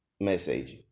Message